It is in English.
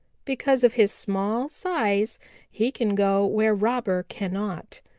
because of his small size he can go where robber cannot.